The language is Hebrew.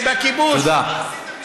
תודה רבה לשניכם.